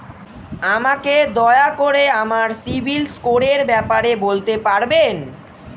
আমাকে দয়া করে আমার সিবিল স্কোরের ব্যাপারে বলতে পারবেন?